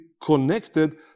connected